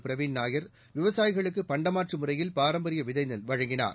பிரவின் நாயர் விவசாயிகளுக்கு பண்டமாற்று முறையில் பாரம்பரிய விதை நெல் வழங்கினார்